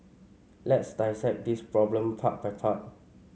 let's dissect this problem part by part